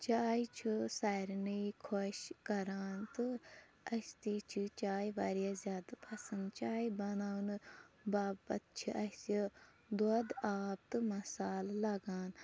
چاے چھُ سارنٕے خۄش کَران تہٕ اَسہِ تہِ چھِ چاے واریاہ زیادٕ پَسنٛد چاے بَناونہٕ باپَتھ چھِ اَسہِ دۄد آب تہٕ مَسالہٕ لَگان